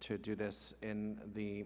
to do this in the